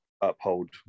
uphold